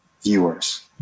viewers